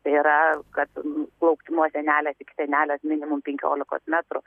tai yra kad plaukti nuo sienelės iki sienelės minimum penkiolikos metr